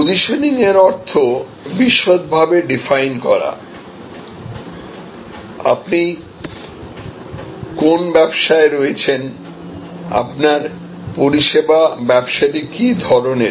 পসিশনিংর অর্থ বিশদভাবে ডিফাইন করা আপনি কোন ব্যবসায় রয়েছেন আপনার পরিষেবা ব্যবসাটি কী ধরনের